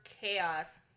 chaos